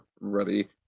ready